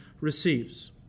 receives